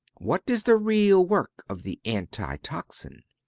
what is the real work of the anti-toxin?